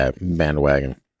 bandwagon